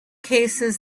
cases